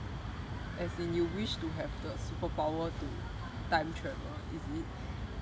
as in you wish to have the superpower to time travel is it